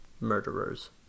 murderers